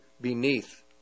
beneath